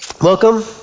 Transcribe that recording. Welcome